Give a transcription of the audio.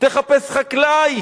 תחפש חקלאי,